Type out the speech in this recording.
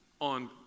on